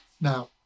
Now